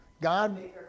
God